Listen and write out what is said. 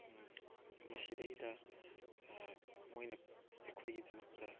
ꯃꯁꯤꯗꯩꯗ ꯃꯣꯏꯅ ꯑꯩꯈꯣꯏꯒꯤꯗꯃꯛꯇ